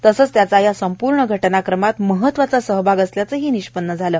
तसंच त्याचा या संपूर्ण घटनाक्रमात महत्वाचा सहभाग असल्याचंही निष्पन्न झालं